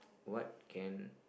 what can